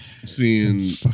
Seeing